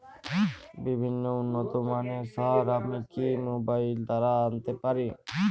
বিভিন্ন উন্নতমানের সার আমি কি মোবাইল দ্বারা আনাতে পারি?